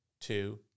two